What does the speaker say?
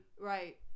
Right